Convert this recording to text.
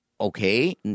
okay